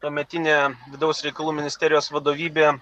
tuometinė vidaus reikalų ministerijos vadovybė